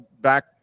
back